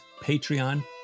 patreon